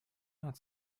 not